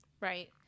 Right